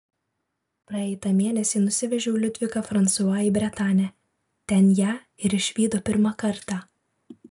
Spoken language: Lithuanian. praeitą mėnesį nusivežiau liudviką fransua į bretanę ten ją ir išvydo pirmą kartą